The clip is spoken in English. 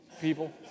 people